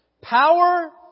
Power